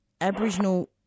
aboriginal